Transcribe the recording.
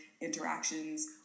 interactions